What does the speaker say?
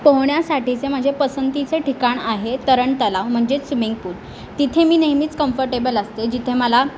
पोहोण्यासाठीचे माझे पसंतीचे ठिकाण आहे तरण तलाव म्हणजेच स्वीमिंग पूल तिथे मी नेहमीच कम्फर्टेबल असते जिथे मला